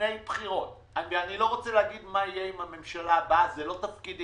לפני בחירות אני לא רוצה לומר מה יהיה עם הממשלה הבאה זה לא תפקידי,